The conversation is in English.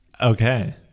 okay